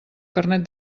carnet